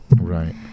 Right